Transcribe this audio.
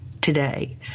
today